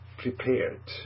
prepared